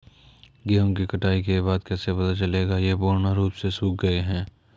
गेहूँ की कटाई के बाद कैसे पता चलेगा ये पूर्ण रूप से सूख गए हैं?